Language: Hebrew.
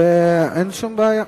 אין שום בעיה,